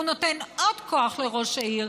הוא נותן עוד כוח לראש העיר,